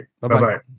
Bye-bye